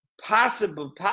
possible